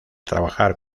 trabajar